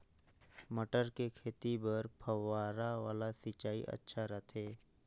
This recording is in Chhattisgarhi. मटर के खेती बर फव्वारा वाला सिंचाई अच्छा रथे?